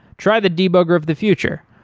try the debugger of the future,